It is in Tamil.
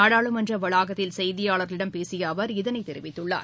நாடாளுமன்ற வளாகத்தில் செய்தியாளர்களிடம் பேசிய அவர் இதனை தெரிவித்துள்ளார்